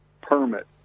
permit